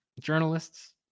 journalists